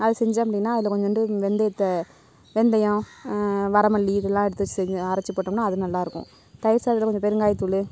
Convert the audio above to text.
அதை செஞ்சேன் அப்படினா அதில் கொஞ்சோண்டு வெந்தயத்தை வெந்தயம் வரமல்லி இதெல்லாம் எடுத்து செஞ்சு அரைச்சி போட்டோம்னால் அது நல்லாயிருக்கும் தயிர் சாதத்தில் கொஞ்சம் பெருங்காய தூள்